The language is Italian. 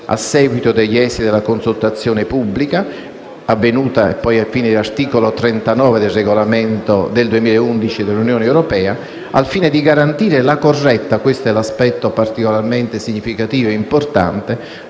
a seguito degli esiti della consultazione pubblica ed in virtù dell'articolo 39 del regolamento del 2011 dell'Unione europea, al fine di garantire la corretta - questo è l'aspetto particolarmente significativo e importante